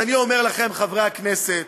אז אני אומר לכם, חברי הכנסת,